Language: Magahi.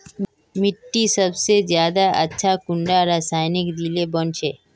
मिट्टी सबसे ज्यादा अच्छा कुंडा रासायनिक दिले बन छै?